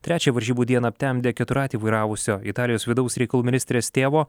trečiąją varžybų dieną aptemdė keturratį vairavusio italijos vidaus reikalų ministrės tėvo